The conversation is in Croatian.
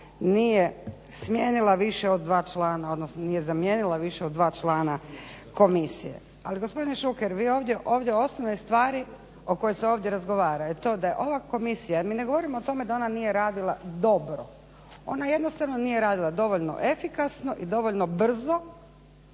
nije zamijenila više od 2 člana komisije. Ali gospodin Šuker, vi ovdje osnovne stvari o kojoj se ovdje razgovara je to da je ova komisija jer mi ne govorimo o tome da ona nije radila dobro, ona jednostavno nije radila dovoljno efikasno i dovoljno brzo